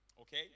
Okay